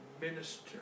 minister